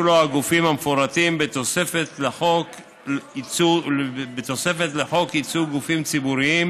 לו הגופים המפורטים בתוספת לחוק ייצוג גופים ציבוריים